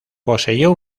poseyó